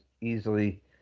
easily